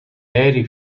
aerei